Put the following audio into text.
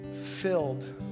filled